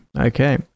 Okay